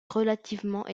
relativement